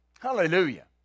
Hallelujah